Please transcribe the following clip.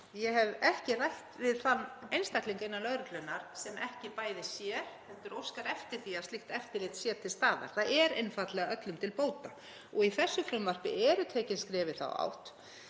Ég hef ekki rætt við þann einstakling innan lögreglunnar sem ekki bara sér heldur óskar eftir því að slíkt eftirlit sé til staðar. Það er einfaldlega öllum til bóta. Í þessu frumvarpi eru tekin skref í þá átt